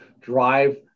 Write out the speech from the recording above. drive